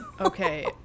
okay